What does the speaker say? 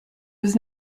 was